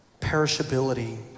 perishability